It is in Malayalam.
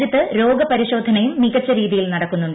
രാജ്യത്ത് രോഗപരിശോധനയും മികച്ച രീതിയിൽ നടക്കുന്നുണ്ട്